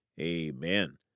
amen